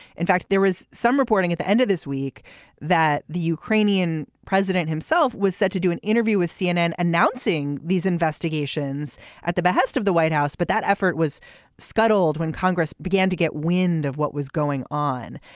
in fact there was some reporting at the end of this week that the ukrainian president himself was set to do an interview with cnn announcing these investigations at the behest of the white house. but that effort was scuttled when congress began to get wind wind of what was going on.